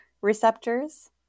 receptors